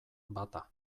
bata